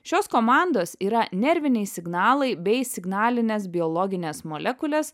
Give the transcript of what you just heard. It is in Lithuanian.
šios komandos yra nerviniai signalai bei signalinės biologinės molekulės